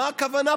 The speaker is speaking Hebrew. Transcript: מה הכוונה פה?